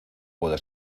puede